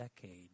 decade